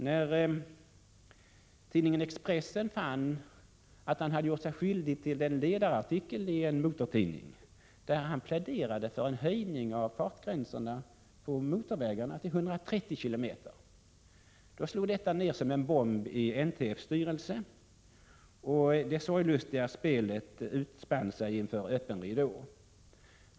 När tidningen Expressen fann att han hade gjort sig skyldig till en ledarartikel i en motortidning, där han pläderade för en höjning av fartgränserna på motorvägarna till 130 km. , slog detta ned som en bomb i NTF:s styrelse, och ett sorglustigt spel utspann sig inför öppen ridå.